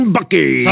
Bucky